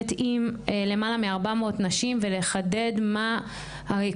עם למעלה מארבע מאות נשים ולחדד מה העקרונות,